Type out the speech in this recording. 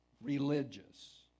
religious